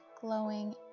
glowing